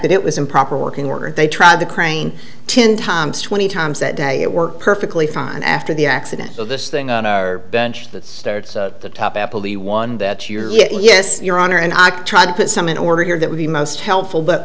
that it was improper working order they tried the crane ten times twenty times that day it worked perfectly fine after the accident so this thing on our bench that starts at the top apple the one that your yes your honor and i try to put some in order here that would be most helpful but